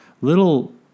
little